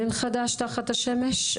אין חדש תחת השמש,